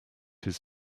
his